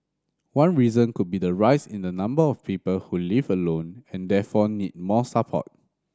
one reason could be the rise in the number of people who live alone and therefore need more support